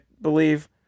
believe